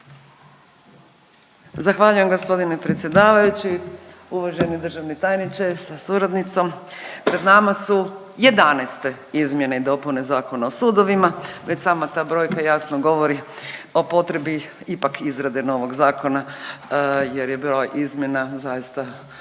Zahvaljujem gospodine predsjedavajući, uvaženi državni tajniče sa suradnicom. Pred nama su 11. Izmjene i dopune Zakona o sudovima. Već sama ta brojka jasno govori o potrebi ipak izrade novog zakona jer je broj izmjena zaista